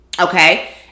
okay